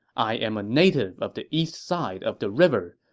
i am a native of the east side of the river,